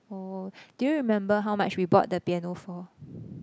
oh do you remember how much we bought the piano for